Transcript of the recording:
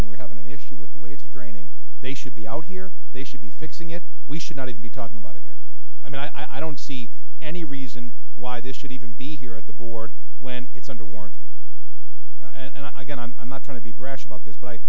and we have an issue with the way it's a draining they should be out here they should be fixing it we should not even be talking about it here i mean i don't see any reason why this should even be here at the board when it's under warranty and i get i'm not trying to be brash about this but i